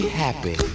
happy